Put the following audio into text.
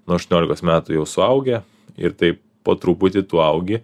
nuo aštuoniolikos metų jau suaugę ir taip po truputį tu augi